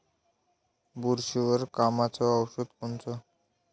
बुरशीवर कामाचं औषध कोनचं?